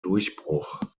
durchbruch